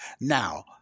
Now